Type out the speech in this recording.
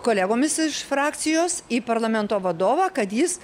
kolegomis iš frakcijos į parlamento vadovą kad jis